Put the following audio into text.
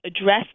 address